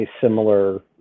similar